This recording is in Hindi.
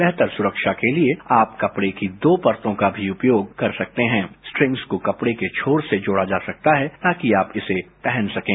बेहतर सुरक्षा के लिए आप कपड़े की दो परतों का भी उपयोग कर सकते हैं स्टीम्स को कपड़े के छोर से जोड़ा जा सकता है ताकि आप इसे पहन सकें